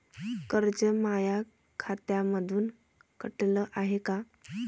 कर्ज माया खात्यामंधून कटलं हाय का?